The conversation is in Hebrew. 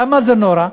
למה זה נורא?